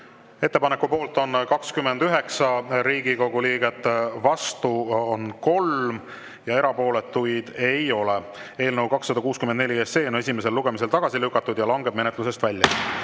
Ettepaneku poolt on 29 Riigikogu liiget, vastu 3 ja erapooletuid ei ole. Eelnõu 264 on esimesel lugemisel tagasi lükatud ja langeb menetlusest